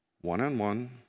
One-on-one